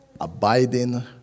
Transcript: abiding